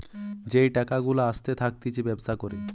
যেই টাকা গুলা আসতে থাকতিছে ব্যবসা করে